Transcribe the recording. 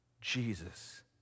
Jesus